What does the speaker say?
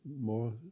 more